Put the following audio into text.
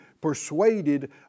persuaded